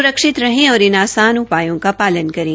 स्रक्षित रहें और इन आसान उपायों का पालन करें